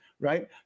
right